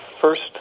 first